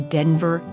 Denver